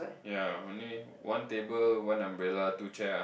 ya only one table one umbrella two chair ah